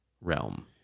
realm